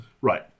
Right